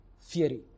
theory